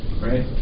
right